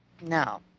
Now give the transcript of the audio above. No